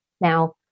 Now